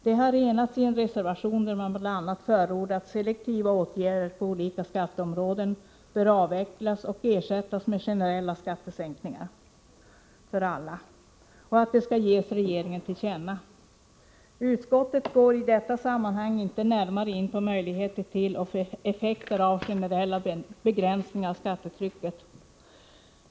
De har enats i en reservation, där man bl.a. förordar att selektiva åtgärder på olika skatteområden bör avvecklas och ersättas med generella skattesänkningar för alla, och man vill att det skall ges regeringen till känna. Utskottet går i detta sammanhang inte närmare in på möjligheter till och effekter av generella begränsningar av skattetrycket.